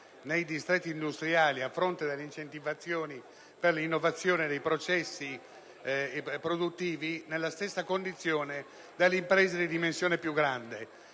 nei distretti industriali, a fronte delle incentivazioni per l'innovazione dei processi produttivi, nelle stesse condizioni delle imprese di dimensioni più grandi.